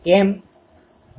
કેમ